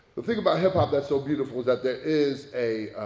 the thing about hip-hop that's so beautiful is that there is a